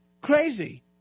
Crazy